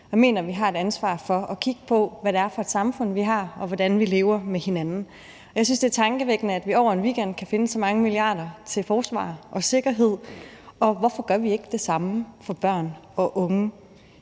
Jeg mener, at vi har et ansvar for at kigge på, hvad det er for et samfund, vi har, og hvordan vi lever med hinanden. Jeg synes, det er tankevækkende, at vi over en weekend kan finde så mange milliarder til forsvar og sikkerhed. Hvorfor gør vi ikke det samme for børn og unge?